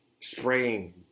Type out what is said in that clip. spraying